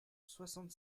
soixante